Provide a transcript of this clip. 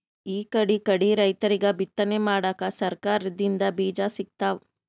ಇಕಡಿಕಡಿ ರೈತರಿಗ್ ಬಿತ್ತನೆ ಮಾಡಕ್ಕ್ ಸರಕಾರ್ ದಿಂದ್ ಬೀಜಾ ಸಿಗ್ತಾವ್